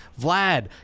Vlad